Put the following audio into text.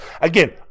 Again